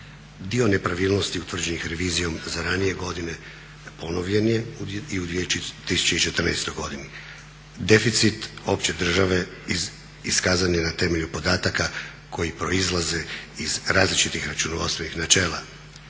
Dio nepravilnosti utvrđenih revizijom za ranije godine ponovljen je i u 2014. godini, deficit opće države iskazan je na temelju podataka koji proizlaze iz različitih računovodstvenih načela.